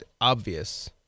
obvious